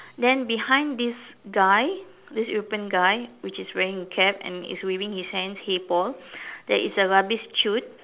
then behind this guy this European guy which is wearing a cap and is waving his hand hey Paul there is a rubbish chute